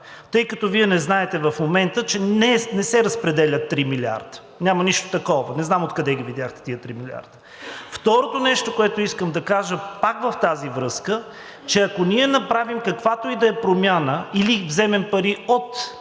тъй като в момента Вие не знаете, че не се разпределят 3 милиарда. Няма нищо такова. Не знам откъде ги видяхте тези 3 милиарда? Второто, което искам да кажа пак в тази връзка, е, че ако ние направим каквато и да е промяна или вземем пари